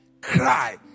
cry